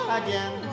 again